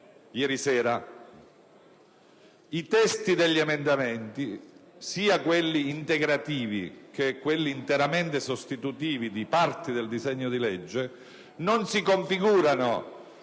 Consiglio. I testi degli emendamenti, sia quelli integrativi che quelli interamente sostituivi di parti del disegno di legge, non si configurano